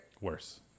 Worse